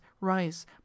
rice